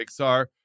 Pixar